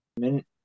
minute